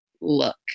look